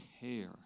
care